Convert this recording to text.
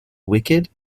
wicked